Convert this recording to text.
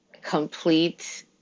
complete